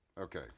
Okay